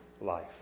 life